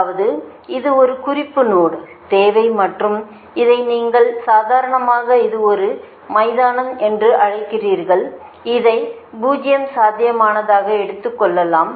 அதாவது இது ஒரு குறிப்பு நோடு தேவை மற்றும் இதை நீங்கள் சாதாரணமாக இது ஒரு மைதானம் என்று அழைக்கிறீர்கள் அதை 0 சாத்தியமானதாக எடுத்துக் கொள்ளலாம்